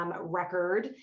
record